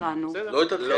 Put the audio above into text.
לא את הדחייה.